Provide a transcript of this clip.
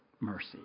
mercy